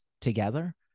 together